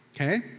Okay